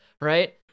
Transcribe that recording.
right